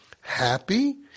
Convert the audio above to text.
happy